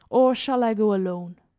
or shall i go alone?